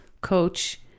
Coach